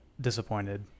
disappointed